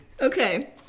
Okay